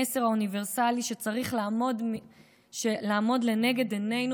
המסר האוניברסלי שצריך לעמוד לנגד עינינו